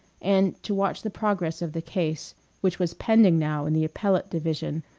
and to watch the progress of the case which was pending now in the appellate division,